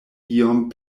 iom